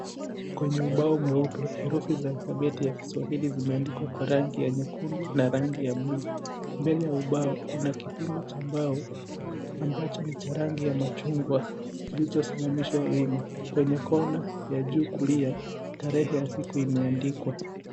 Kwenye ubao meupe herufi za alfabeti kiswahili vimeandikwa kwa rangi ya nyekundu na rangi ya blue mbele ya mbao kuna kipimo cha mbao ambacho ni cha rangi ya chungwa kilicho simamishwa wima kwenye kona ya juu kulia tarehe ya siku imeandikwa .